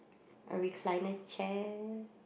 a recliner chair